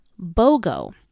BOGO